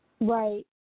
Right